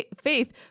faith